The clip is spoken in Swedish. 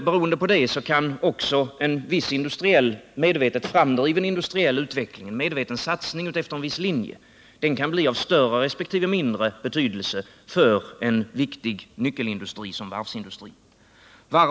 Beroende på det kan en medvetet framdriven industriell utveckling, en medveten satsning efter en viss linje, bli av större resp. mindre betydelse för en viktig nyckelindustri som varvsindustrin.